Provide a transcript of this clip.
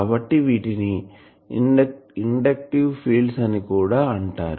కాబ్బటి వీటిని inductive fields అని కూడా అంటారు